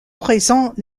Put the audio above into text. présente